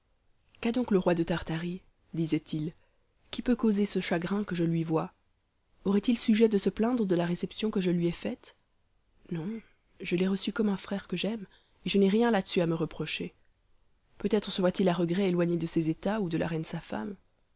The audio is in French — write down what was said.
qu'a donc le roi de tartarie disait-il qui peut causer ce chagrin que je lui vois aurait-il sujet de se plaindre de la réception que je lui ai faite non je l'ai reçu comme un frère que j'aime et je n'ai rien là-dessus à me reprocher peut-être se voit-il à regret éloigné de ses états ou de la reine sa femme